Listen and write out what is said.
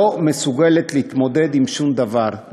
לא מסוגלת להתמודד עם שום דבר,